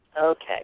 Okay